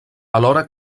alhora